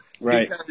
Right